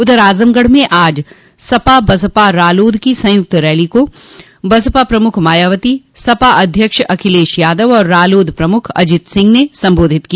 उधर आजमगढ़ में आज सपा बसपा रालोद की संयुक्त रैलो को बसपा प्रमुख मायावती सपा अध्यक्ष अखिलेश यादव और रालोद प्रमुख अजित सिंह ने संबोधित किया